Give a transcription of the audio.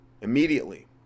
Immediately